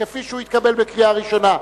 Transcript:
כפי שהוא התקבל בקריאה ראשונה.